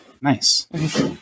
Nice